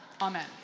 Amen